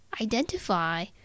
Identify